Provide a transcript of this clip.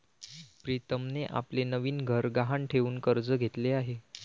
प्रीतमने आपले नवीन घर गहाण ठेवून कर्ज घेतले आहे